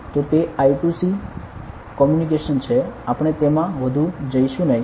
તો તે I2C communication છે આપણે તેમાં વધુ જઈશું નહીં